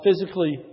physically